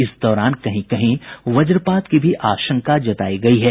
इस दौरान कहीं कहीं वज्रपात की भी आशंका जतायी गयी है